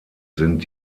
sind